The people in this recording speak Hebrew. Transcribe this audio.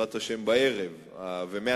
בעזרת השם, בערב ומהצהריים,